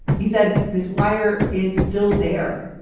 he said. this wire is still there,